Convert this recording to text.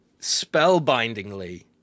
spellbindingly